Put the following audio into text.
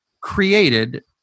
created